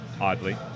oddly